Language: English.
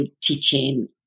teaching